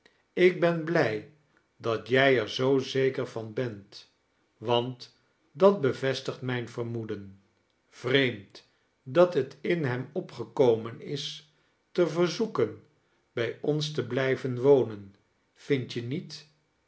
ik ben blij dat jij er zoo zeker van bent want dat bevestigt mijn vermoeden vreemd dat het in hem opgekomen is te verzoeken bij ons te blijven wonen vind je niet